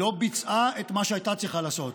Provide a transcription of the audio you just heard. לא ביצעה את מה שהייתה צריכה לעשות.